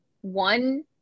one